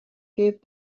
gave